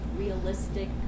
Realistic